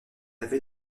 avait